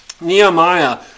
Nehemiah